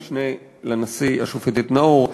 המשנה לנשיא השופטת נאור,